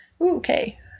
Okay